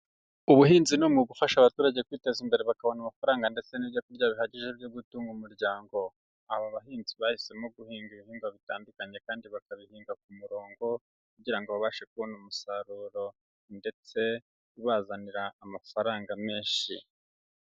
Ubuhinzi ni umwuga ufasha abaturage kwiteza imbere bakabona amafaranga, ndetse n'ibyo kurya bihagije byo gutunga umuryango. Aba bahinzi bahisemo guhinga ibihingwa bitandukanye kandi bakabihinga ku murongo, kugira ngo babashe kubona umusaruro ndetse ubazanira amafaranga menshi.